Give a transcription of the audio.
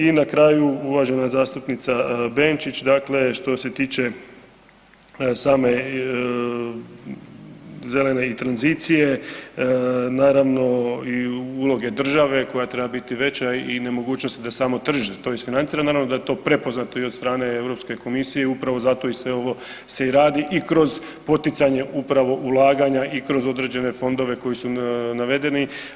I na kraju, uvažena zastupnica Benčić, dakle što se tiče same zelene i tranzicije, naravno i ulog je države koja treba biti veća i nemogućnosti da samo tržište to isfinancira, naravno da je to prepoznato i od strane Europske komisije i upravo zato i sve ovo se i radi i kroz poticanje upravo ulaganja i kroz određene fondove koji su navedeni.